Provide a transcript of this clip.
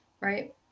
right